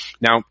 Now